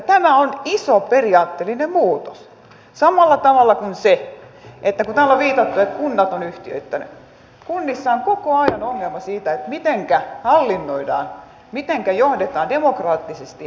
tämä on iso periaatteellinen muutos samalla tavalla kuin se kun täällä on viitattu että kunnat ovat yhtiöittäneet että kunnissa on koko ajan ongelma siitä mitenkä hallinnoidaan mitenkä johdetaan demokraattisesti näitä yhtiöitä